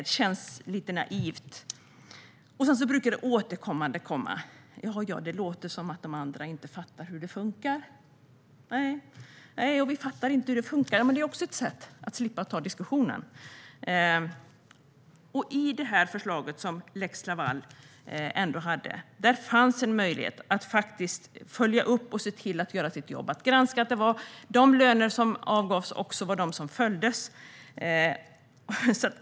Det känns lite naivt. Återkommande sägs det: Jaja, det låter som att de andra inte fattar hur det funkar. Det är också ett sätt att slippa ta diskussionen. I förslaget om lex Laval fanns det en möjlighet att följa upp och se till att göra sitt jobb och att granska att de löner som angavs också utbetalades.